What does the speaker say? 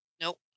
Nope